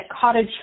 cottage